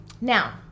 Now